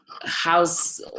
house